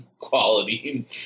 quality